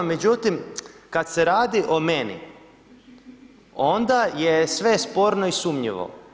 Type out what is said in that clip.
Međutim, kada se radi o meni, onda je sve sporno i sumnjivo.